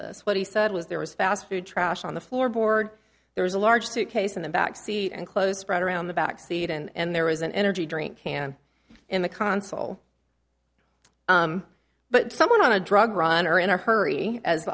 this what he said was there was fast food trash on the floorboard there was a large suitcase in the back seat and clothes spread around the back seat and there was an energy drink can in the console but someone on a drug runner in a hurry as